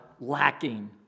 lacking